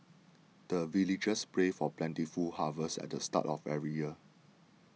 the villagers pray for plentiful harvest at the start of every year